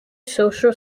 social